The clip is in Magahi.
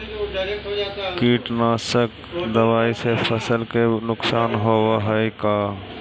कीटनाशक दबाइ से फसल के भी नुकसान होब हई का?